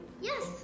Yes